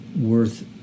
worth